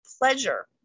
pleasure